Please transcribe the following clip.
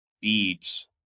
beads